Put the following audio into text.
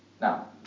Now